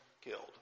killed